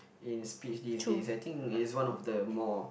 in speech these days I think it's one of the more